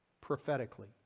prophetically